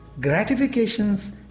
gratifications